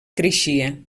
creixia